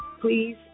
Please